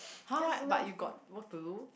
!huh! what but you got work to do